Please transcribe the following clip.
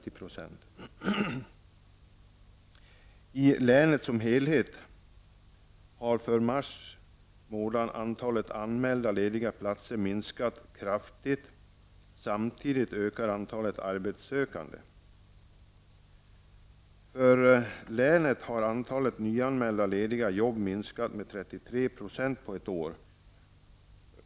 I länet som helhet har för mars månad antalet anmälda lediga platser minskat kraftigt, samtidigt ökar antalet arbetssökande. För länet har antalet nyanmälda lediga arbeten minskat med 33 % på ett år.